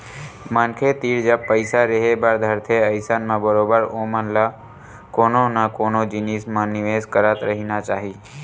मनखे तीर जब पइसा रेहे बर धरथे अइसन म बरोबर ओमन ल कोनो न कोनो जिनिस म निवेस करत रहिना चाही